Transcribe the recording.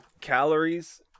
calories